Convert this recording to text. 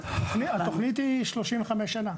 התוכנית היא 35 שנה.